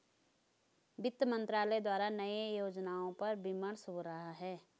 वित्त मंत्रालय द्वारा नए योजनाओं पर विमर्श हो रहा है